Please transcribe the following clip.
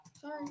Sorry